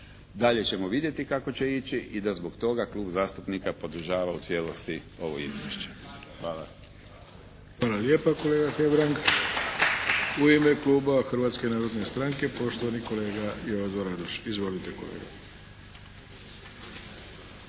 dalje ćemo vidjeti kako će ići i da zbog toga klub zastupnika podržava u cijelosti ovo izvješće. Hvala. **Arlović, Mato (SDP)** Hvala lijepa kolega Hebrang. U ime kluba Hrvatske narodne stranke poštovani kolega Jozo Radoš. Izvolite, kolega.